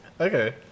Okay